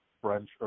French